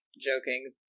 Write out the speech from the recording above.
joking